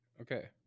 Okay